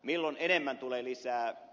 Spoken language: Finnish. milloin enemmän tulee lisää